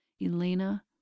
Elena